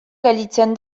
gelditzen